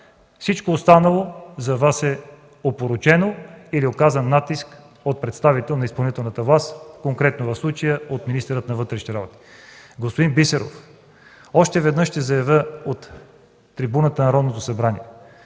всичко останало за Вас е опорочено или е оказан натиск от представител на изпълнителната власт, в случая конкретно от министъра на вътрешните работи. Господин Бисеров, още веднъж ще заявя от трибуната на Народното събрание: